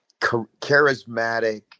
charismatic